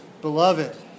beloved